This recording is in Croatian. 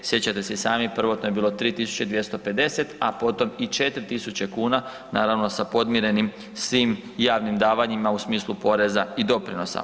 Sjećate se i sami prvotno je bilo 3.250, a potom i 4.000 kuna sa podmirenim svim javnim davanjima u smislu poreza i doprinosa.